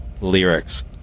lyrics